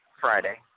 Friday